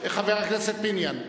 חבר הכנסת פיניאן.